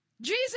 Jesus